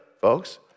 folks